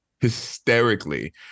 hysterically